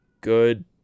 good